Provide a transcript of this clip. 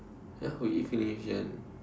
ya we eat finish then